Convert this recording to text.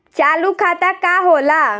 चालू खाता का होला?